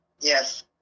Yes